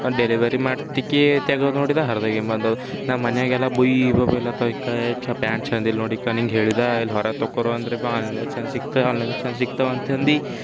ಮತ್ತೆ ಡೆಲಿವರಿ ಮಾಡ್ತಿ ಕಿ ತೆಗೆದು ನೋಡಿದೆ ಹರಿದು ಹೋಗಿದ್ದು ಬಂದಿವೆ ನಾನು ಮನೆಗೆಲ್ಲ ಬೊಯ್ ಬೈಲತ್ತ ಪ್ಯಾಂಟ್ ಚೆಂದಿಲ್ಲ ನೋಡು ಇಕ ನಿಂಗೆ ಹೇಳಿದೆ ಇಲ್ಲಿ ಹೊರ ತಕೋರಿ ಅಂದ್ರೆ ಬ ಆನ್ಲೈನ್ದಾಗೆ ಚೆಂದ ಸಿಗ್ತಾವೆ ಆನ್ಲೈನ್ದಾಗೆ ಚೆಂದ ಸಿಗ್ತಾವೆ ಅಂತಂದೆ